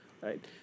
right